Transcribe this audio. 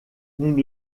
nous